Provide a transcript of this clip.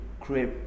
create